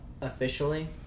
officially